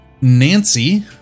Nancy